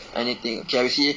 anything okay ah you see